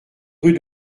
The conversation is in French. rue